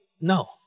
No